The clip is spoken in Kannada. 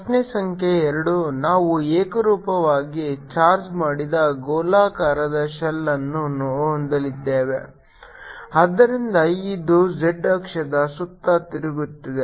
ಪ್ರಶ್ನೆ ಸಂಖ್ಯೆ ಎರಡು ನಾವು ಏಕರೂಪವಾಗಿ ಚಾರ್ಜ್ ಮಾಡಿದ ಗೋಳಾಕಾರದ ಶೆಲ್ ಅನ್ನು ಹೊಂದಿದ್ದೇವೆ ಆದ್ದರಿಂದ ಇದು z ಅಕ್ಷದ ಸುತ್ತ ತಿರುಗುತ್ತಿದೆ